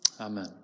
Amen